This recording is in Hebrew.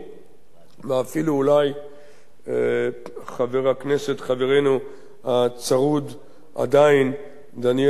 ואפילו אולי חבר הכנסת חברנו הצרוד עדיין דניאל בן-סימון,